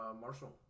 Marshall